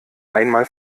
einmal